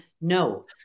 No